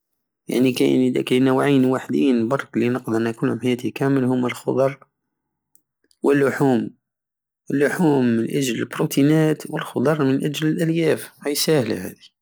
يعني كاين نوعين وحدين الي نقدر نامله حياتي كامل هوما الخضر واللحوم اللحوم من أجل البروتينات والخضر من أجل الألياف هاي ساهلة هاذي